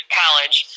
college